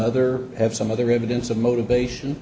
other have some other evidence of motivation